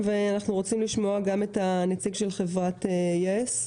אנחנו רוצים לשמוע גם את הנציג של חברת יס,